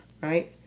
right